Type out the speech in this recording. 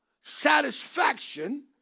satisfaction